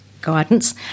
guidance